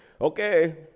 Okay